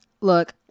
look